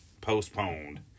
postponed